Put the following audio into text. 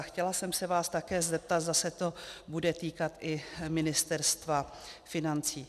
Chtěla jsem se vás také zeptat, zda se to bude týkat i Ministerstva financí.